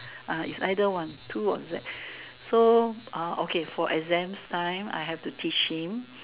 is either one two or Z so okay for exam time I have to teach him